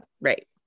Right